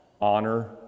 honor